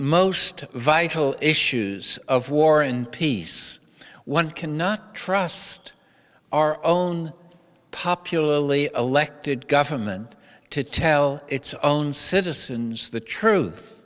most vital issues of war and peace one cannot trust our own popularly elected government to tell its own citizens the truth